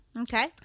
Okay